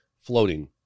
floating